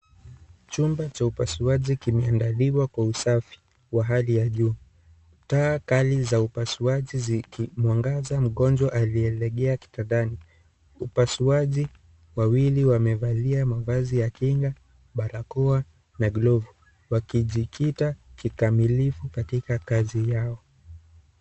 Chumba cha upasuaji kimeandikwa kwa usafi wa hali ya juu. Taa kali za upasuaji zikimwangaza mgonjwa aliyelegea kitandani wapasuaji wawili wamevalia mavazi ya kinga na barakoa na glovu wakijikita kikamilifu katika kazi yao .